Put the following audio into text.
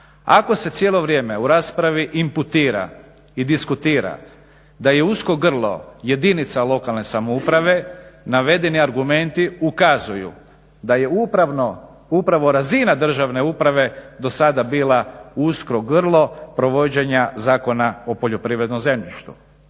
Ako se cijelo vrijeme u raspravi imputira i diskutira da je usko grlo jedinica lokalne samouprave navedeni argumenti ukazuju da je upravo razina državne uprave do sada bila usko grlo provođenja Zakona o poljoprivrednom zemljištu.